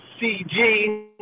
CG